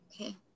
Okay